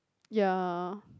ya